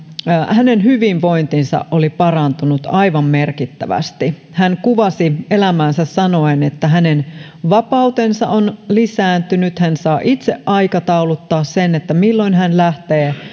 hänen hyvinvointinsa oli parantunut aivan merkittävästi hän kuvasi elämäänsä sanoen että hänen vapautensa on lisääntynyt hän saa itse aikatauluttaa sen milloin hän lähtee